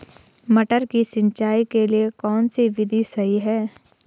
मटर की सिंचाई के लिए कौन सी विधि सही है?